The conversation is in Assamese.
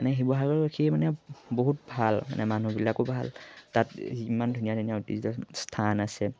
মানে শিৱসাগৰৰবাসীয়ে মানে বহুত ভাল মানে মানুহবিলাকো ভাল তাত ইমান ধুনীয়া ধুনীয়া ঐতিহ্য স্থান আছে